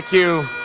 you.